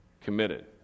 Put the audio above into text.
committed